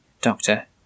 Doctor